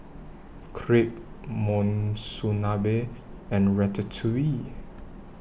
Crepe Monsunabe and Ratatouille